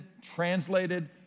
translated